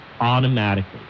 automatically